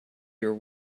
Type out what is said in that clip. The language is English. your